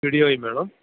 വീഡിയോയും വേണം